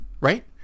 right